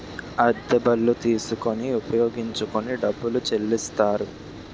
అద్దె బళ్ళు తీసుకొని ఉపయోగించుకొని డబ్బులు చెల్లిస్తారు